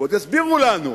ועוד יסבירו לנו.